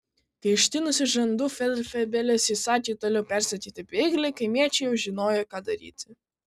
kai ištinusiu žandu feldfebelis įsakė toliau persekioti bėglį kaimiečiai jau žinojo ką daryti